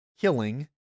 killing